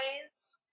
ways